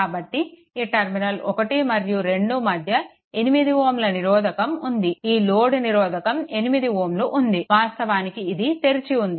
కాబట్టి ఈ టర్మినల్ 1 మరియు 2 మధ్య 8 Ω నిరోధకం ఉంది ఈ లోడ్ నిరోధకం 8Ω ఉంది వాస్తవానికి ఇది తెరిచి ఉంది